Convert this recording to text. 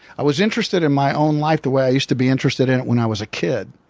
i was interested in my own life the way i used to be interested in it when i was a kid,